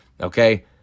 Okay